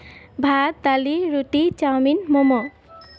ভাত দালি ৰুটি চাওমিন ম'ম'